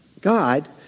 God